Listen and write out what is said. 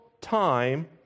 time